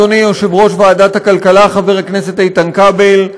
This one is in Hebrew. אדוני יושב-ראש ועדת הכלכלה חבר הכנסת איתן כבל,